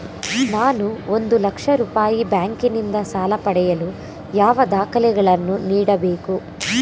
ನಾನು ಒಂದು ಲಕ್ಷ ರೂಪಾಯಿ ಬ್ಯಾಂಕಿನಿಂದ ಸಾಲ ಪಡೆಯಲು ಯಾವ ದಾಖಲೆಗಳನ್ನು ನೀಡಬೇಕು?